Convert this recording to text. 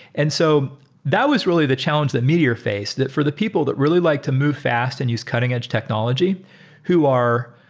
and so that was really the challenge that meteor faced. for the people that really liked to move fast and use cutting edge technology who are,